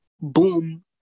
boom